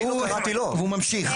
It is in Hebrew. הוא ממשיך.